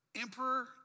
emperor